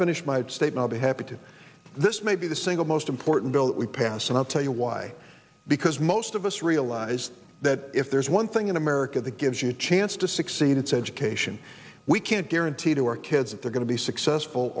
finish my statement be happy to this may be the single most important bill that we passed and i'll tell you why because most of us realize that if there's one thing in america that gives you a chance to succeed it's education we can't guarantee to our kids if they're going to be successful